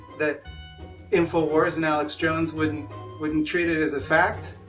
that infowars and alex jones wouldn't wouldn't treat it as a fact.